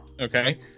Okay